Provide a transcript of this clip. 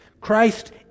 Christ